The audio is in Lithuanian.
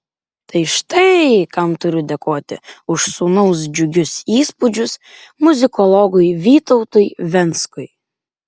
tai štai kam turiu dėkoti už sūnaus džiugius įspūdžius muzikologui vytautui venckui